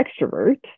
extrovert